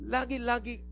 Lagi-lagi